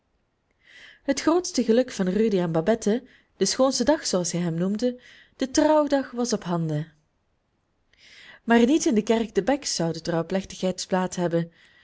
het grootste geluk van rudy en babette de schoonste dag zooals zij hem noemden de trouwdag was ophanden maar niet in de kerk te bex zou de trouwplechtigheid plaats hebben